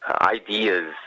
ideas